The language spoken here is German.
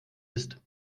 ist